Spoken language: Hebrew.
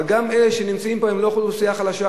אבל גם אלה שנמצאים פה הם לא אוכלוסייה חלשה.